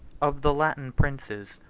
of the latin princes,